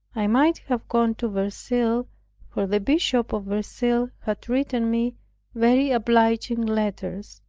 i might have gone to verceil for the bishop of verceil had written me very obliging letters,